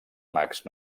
mags